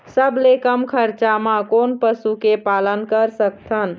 सबले कम खरचा मा कोन पशु के पालन कर सकथन?